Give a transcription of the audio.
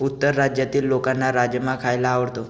उत्तर भारतातील लोकांना राजमा खायला आवडतो